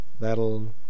That'll